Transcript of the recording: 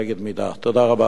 תודה רבה, אדוני היושב-ראש.